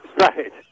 Right